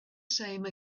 same